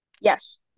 Yes